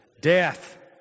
death